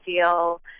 feel